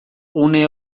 une